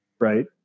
Right